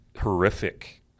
horrific